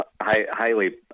highly